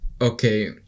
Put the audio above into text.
Okay